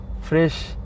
fresh